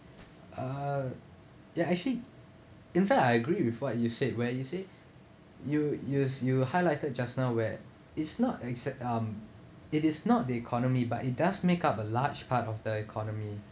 uh ya actually in fact I agree with what you said where you say you use you highlighted just now where it's not accept um it is not the economy but it does make up a large part of the economy